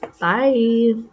Bye